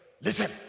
listen